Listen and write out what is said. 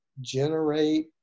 generate